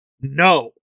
No